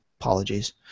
Apologies